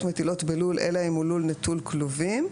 מטילות בלול אלא אם כן הוא לול נטול כלובים",